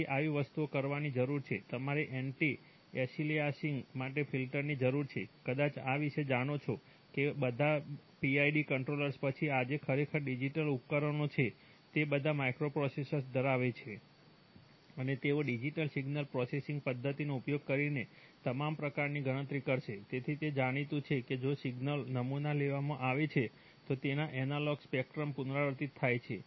તેથી આવી વસ્તુઓ કરવાની જરૂર છે તમારે એન્ટિ એલિયાસિંગ ધરાવે છે અને તેઓ ડિજિટલ સિગ્નલ પ્રોસેસિંગ પદ્ધતિઓનો ઉપયોગ કરીને તમામ પ્રકારની ગણતરી કરશે તેથી તે જાણીતું છે કે જો કોઈ સિગ્નલ નમૂના લેવામાં આવે છે તો તેના એનાલોગ સ્પેક્ટ્રમ પુનરાવર્તિત થાય છે